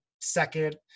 second